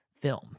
Film